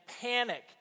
panic